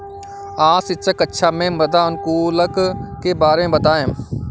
आज शिक्षक कक्षा में मृदा अनुकूलक के बारे में बताएं